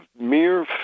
mere